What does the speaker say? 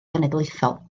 genedlaethol